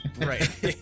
Right